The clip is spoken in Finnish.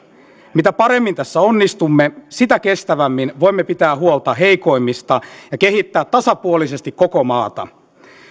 mitä paremmin tässä onnistumme sitä kestävämmin voimme pitää huolta heikoimmista ja kehittää tasapuolisesti koko maata